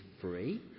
free